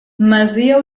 masia